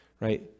right